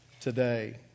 today